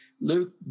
Luke